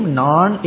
non